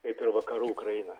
kaip ir vakarų ukraina